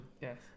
Yes